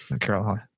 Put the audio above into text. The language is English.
Carol